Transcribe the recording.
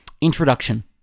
Introduction